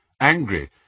Angry